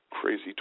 crazy